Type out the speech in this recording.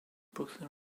brooklyn